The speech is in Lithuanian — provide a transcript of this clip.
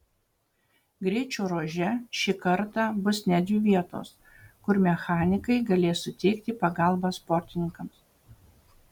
greičio ruože šį kartą bus net dvi vietos kur mechanikai galės suteikti pagalbą sportininkams